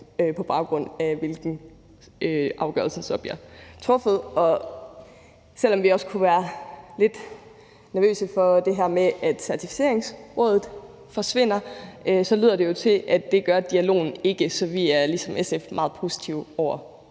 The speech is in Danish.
på baggrund af hvilken afgørelsen så bliver truffet. Og selv om vi også kunne være lidt nervøse for det her med, at Certificeringsrådet forsvinder, så lyder det jo, som om at det gør dialogen ikke, så vi er ligesom SF meget positive over